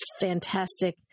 fantastic